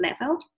level